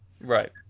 Right